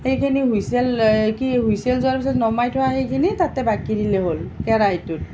সেইখিনি হুইচেল এই কি হুইচেল যোৱাৰ পিছত নমাই থোৱা সেইখিনি তাতে বাকি দিলে হ'ল কেৰাহীটোত